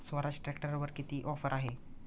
स्वराज ट्रॅक्टरवर किती ऑफर आहे?